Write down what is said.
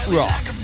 rock